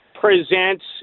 presents